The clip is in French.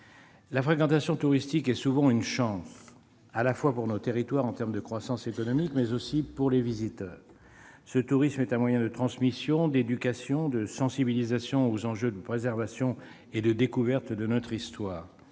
La fréquentation touristique est souvent une chance, à la fois pour nos territoires, en termes de croissance économique, mais aussi pour les visiteurs. Ce tourisme est un moyen de transmission, d'éducation, de sensibilisation aux enjeux de préservation et de découverte de notre histoire.